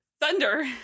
thunder